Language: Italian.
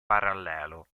parallelo